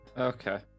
Okay